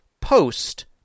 post